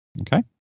okay